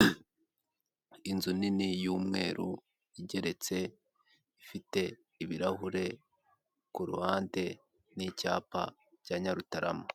Inzu nini y'umweru igeretse ifite ibirahure ku ruhande n'icyapa cya Nyarutarama.